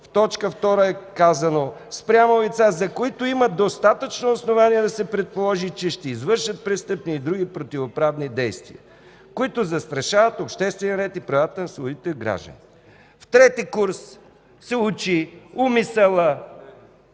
– в т. 2 е казано: „Спрямо лица, за които има достатъчно основание да се предположи, че ще извършат престъпни и други противоправни действия, които застрашават обществения ред и правата на своите граждани”. В ІІІ курс се учи умисълът.